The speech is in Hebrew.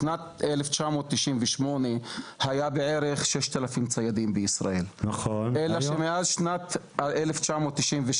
היה בערך 6,000 ציידים בישראל, אלא שמאז שנת 1997